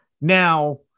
Now